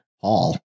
paul